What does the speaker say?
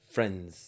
Friends